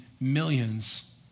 millions